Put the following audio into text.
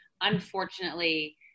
unfortunately